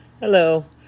Hello